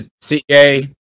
ca